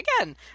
again